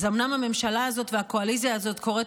אז אומנם הממשלה הזאת והקואליציה הזאת קוראת